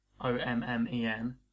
O-M-M-E-N